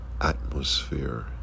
atmosphere